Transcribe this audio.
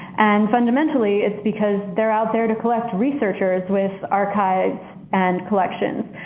and fundamentally, it's because they're out there to collect researchers with archives and collections.